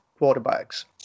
quarterbacks